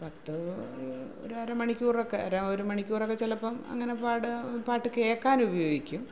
പത്ത് ഒരു ഒരു അര മണിക്കൂറൊക്കെ ഒരു ഒരു മണിക്കൂറൊക്കെ ചിലപ്പം അങ്ങനെ പാടുക പാട്ട് കേൾക്കാനുപയോഗിക്കും